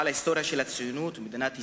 הוא על ההיסטוריה של הציונות ומדינת ישראל,